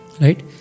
right